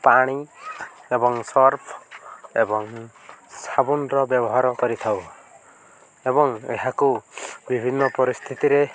ପାଣି ଏବଂ ସର୍ଫ ଏବଂ ସାବୁନର ବ୍ୟବହାର କରିଥାଉ ଏବଂ ଏହାକୁ ବିଭିନ୍ନ ପରିସ୍ଥିତିରେ